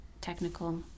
technical